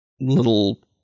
little